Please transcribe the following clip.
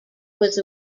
was